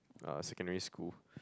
uh secondary school